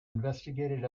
investigated